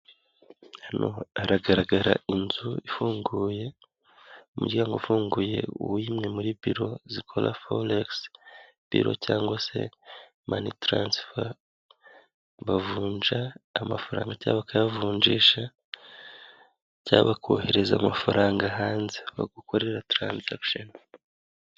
Hano haragaragara inzu ifunguye, umuryango ufunguye wimwe muri biro zikora foregisi biro cyangwa se manitaransifa, bavunja amafaranga cyangwa bakayavunjisha, cyangwa bakohereza amafaranga hanze, bagukorera taransagisheni.